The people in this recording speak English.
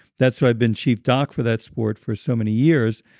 that's why i've been chief doc for that sport for so many years,